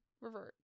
revert